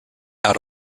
out